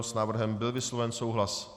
S návrhem byl vysloven souhlas.